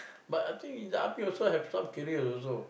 but until you in the army also have some theories also